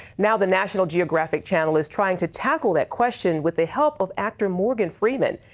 now the national geographic channel is trying to tackle that question with the help of actor morgan freeman.